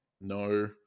no